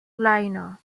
liner